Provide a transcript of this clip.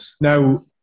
now